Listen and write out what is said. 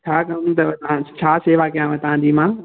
छा कमु अथव छा सेवा कयांव तव्हां जी मां